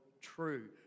true